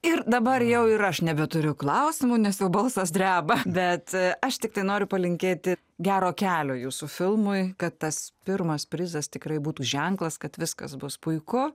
ir dabar jau ir aš nebeturiu klausimų nes jau balsas dreba bet aš tiktai noriu palinkėti gero kelio jūsų filmui kad tas pirmas prizas tikrai būtų ženklas kad viskas bus puiku